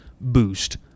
Boost